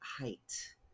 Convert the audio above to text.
height